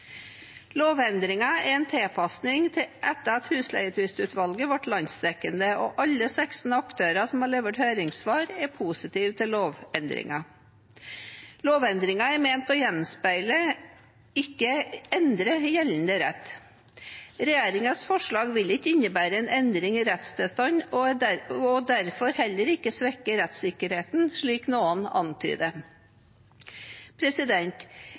er en tilpasning etter at Husleietvistutvalget ble landsdekkende, og alle de 16 aktørene som har levert høringssvar, er positive til lovendringen. Den er ment å gjenspeile, ikke endre, gjeldende rett. Regjeringens forslag vil ikke innebære en endring i rettstilstanden og derfor heller ikke svekke rettssikkerheten, slik noen